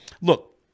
look